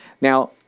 Now